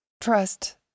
trust